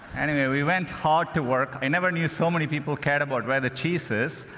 anyway, we went hard to work. i never knew so many people cared about where the cheese is.